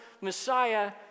Messiah